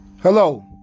Hello